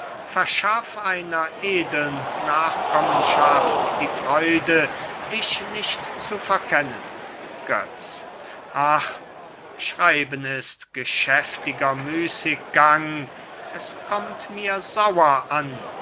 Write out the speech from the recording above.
verschaff einer edlen nachkommenschaft die freude dich nicht zu verkennen götz ach schreiben ist geschäftiger müßiggang es kommt mir sauer an